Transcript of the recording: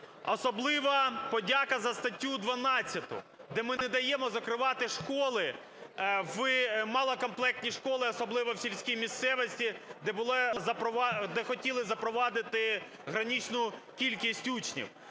Особлива подяка за статтю 12, де ми не даємо закривати школи, малокомплектні школи, особливо в сільській місцевості, де хотіли запровадити граничну кількість учнів.